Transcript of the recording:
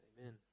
Amen